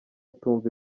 utumva